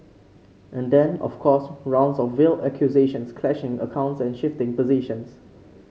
and then of course rounds of veiled accusations clashing accounts and shifting positions